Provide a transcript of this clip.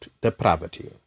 depravity